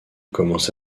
commence